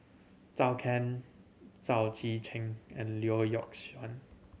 Chao Can Chao Tzee Cheng and Lee Yock Suan